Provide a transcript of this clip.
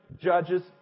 Judges